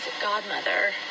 godmother